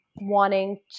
wanting